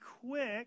quick